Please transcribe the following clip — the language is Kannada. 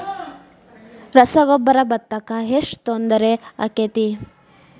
ರಸಗೊಬ್ಬರ, ಭತ್ತಕ್ಕ ಎಷ್ಟ ತೊಂದರೆ ಆಕ್ಕೆತಿ?